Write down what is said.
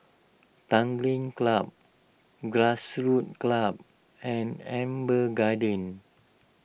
Tanglin Club Grassroots Club and Amber Gardens